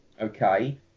okay